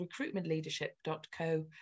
recruitmentleadership.co